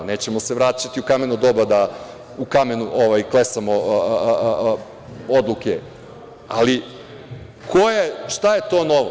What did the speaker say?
Nećemo se vraćati u kameno doba, da u kamen klesamo odluke, ali šta je to novo?